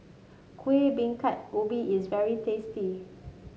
Kuih Bingka Ubi is very tasty